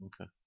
okay